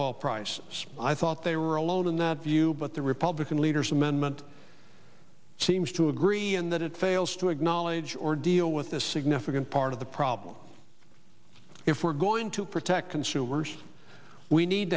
oil prices i thought they were alone in that view but the republican leaders amendment seems to agree in that it fails to acknowledge or deal with the significant part of the problem if we're going to protect consumers we need